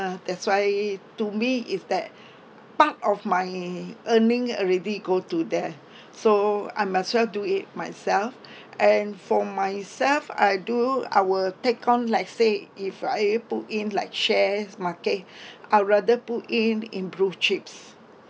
that's why to me is that part of my earning already go to there so I'm as well do it myself and for myself I do I will take on like say if I put in like shares market I'll rather put in in blue chips